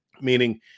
meaning